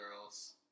girls